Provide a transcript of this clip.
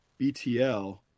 BTL